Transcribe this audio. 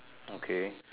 okay